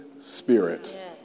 Spirit